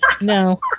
no